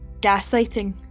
gaslighting